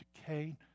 decay